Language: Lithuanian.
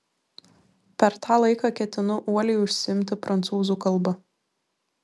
per tą laiką ketinu uoliai užsiimti prancūzų kalba